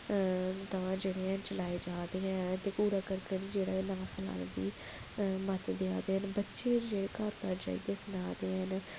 दा जेह्ड़े हैन चलाए जा दे हैन कूड़ा कर्कट नेईं फलाने दी मत्त देआ दे हैन बच्चे जेह्ड़े घर घर जाइयै सनादे हैन